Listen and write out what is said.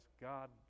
God